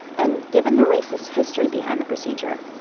and given the racist history behind the procedure,